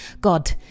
God